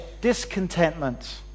discontentment